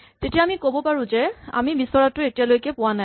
তেতিয়া আমি ক'ব পাৰো যে আমি বিচৰাটো এতিয়ালৈকে পোৱা নাই